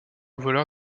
voleur